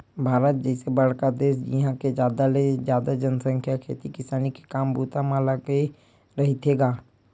भारत जइसे बड़का देस जिहाँ के जादा ले जादा जनसंख्या खेती किसानी के काम बूता म लगे रहिथे गा